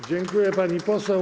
Dziękuję, pani poseł.